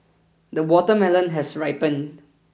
the watermelon has ripened